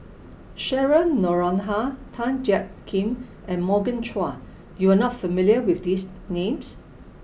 Cheryl Noronha Tan Jiak Kim and Morgan Chua you are not familiar with these names